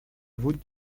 voûte